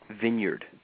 vineyard